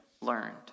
learned